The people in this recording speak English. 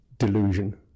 delusion